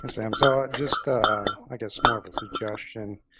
and sam, so just i guess more of a suggestion,